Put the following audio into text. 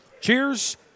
Cheers